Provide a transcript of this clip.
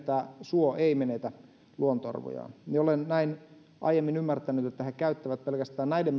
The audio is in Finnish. suo ei menetä luontoarvojaan olen näin aiemmin ymmärtänyt että he käyttävät pelkästään näiden